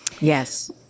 yes